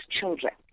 children